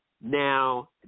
Now